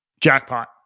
jackpot